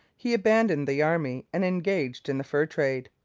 he abandoned the army, and engaged in the fur trade.